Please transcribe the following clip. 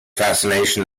fascination